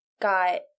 got